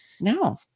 No